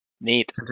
Neat